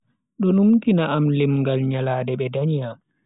Do numtina am limngaal nyalande be danyi am.